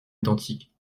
identiques